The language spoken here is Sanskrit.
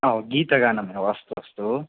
हो गीतगानं वा अस्तु अस्तु